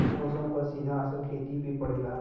मौसम क सीधा असर खेती पे पड़ेला